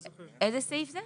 לא,